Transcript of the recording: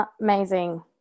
Amazing